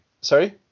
sorry